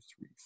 three